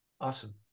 Awesome